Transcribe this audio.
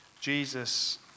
Jesus